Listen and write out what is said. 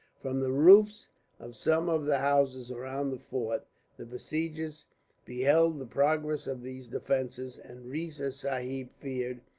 from the roofs of some of the houses around the fort the besiegers beheld the progress of these defences and riza sahib feared,